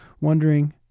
wondering